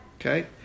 okay